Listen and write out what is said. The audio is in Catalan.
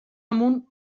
amunt